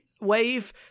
wave